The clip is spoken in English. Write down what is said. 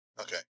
okay